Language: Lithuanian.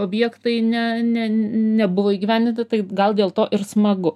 objektai ne ne nebuvo įgyvendinta tai gal dėl to ir smagu